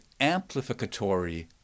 amplificatory